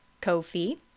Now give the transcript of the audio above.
Ko-Fi